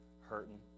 hurting